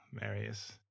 Marius